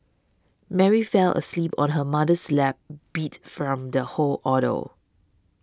Mary fell asleep on her mother's lap beat from the whole ordeal